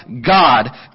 God